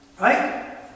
Right